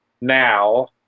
now